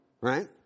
Right